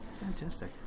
Fantastic